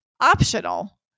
optional